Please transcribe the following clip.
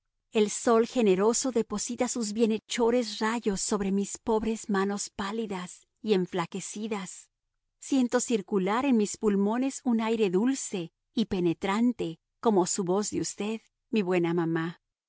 el sol generoso deposita sus bienhechores rayos sobre mis pobres manos pálidas y enflaquecidas siento circular en mis pulmones un aire dulce y penetrante como su voz de usted mi buena mamá